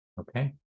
Okay